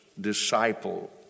disciple